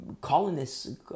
colonists